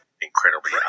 incredibly